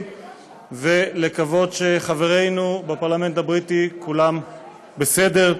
ולקוות שחברינו בפרלמנט הבריטי כולם בסדר.